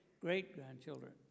great-grandchildren